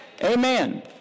amen